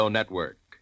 Network